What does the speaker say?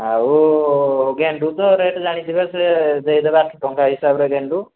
ଆଉ ଗେଣ୍ଡୁ ତ ରେଟ୍ ଜାଣିଥିବେ ସେ ଦେଇଦେବା ଆଠ ଟଙ୍କା ହିସାବରେ ଗେଣ୍ଡୁ